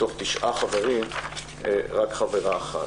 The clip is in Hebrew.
מתוך תשעה חברים, רק חברה אחת.